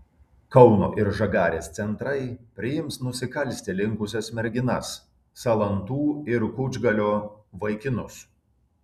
kauno ir žagarės centrai priims nusikalsti linkusias merginas salantų ir kučgalio vaikinus